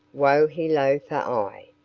wo-he-lo for aye,